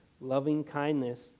loving-kindness